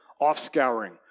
off-scouring